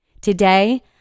Today